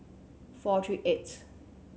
four three eighth